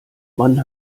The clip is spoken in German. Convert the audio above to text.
man